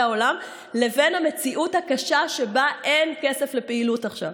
העולם לבין המציאות הקשה שבה אין כסף לפעילות עכשיו.